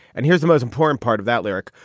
and here's the most important part of that lyric,